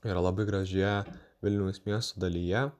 yra labai gražioje vilniaus miesto dalyje